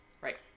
Right